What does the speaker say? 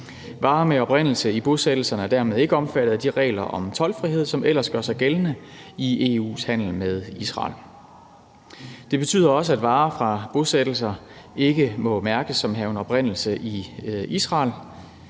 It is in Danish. Varer med oprindelse i bosættelserne er dermed ikke omfattet af de regler om toldfrihed, som ellers gør sig gældende i EU's handel med Israel. Det betyder også, at varer fra bosættelser ikke må mærkes som havende oprindelse i Israel.